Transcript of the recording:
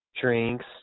drinks